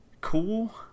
cool